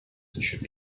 should